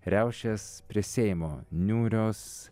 riaušės prie seimo niūrios